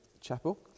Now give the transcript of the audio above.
Chapel